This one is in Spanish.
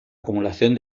acumulación